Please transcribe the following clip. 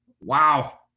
Wow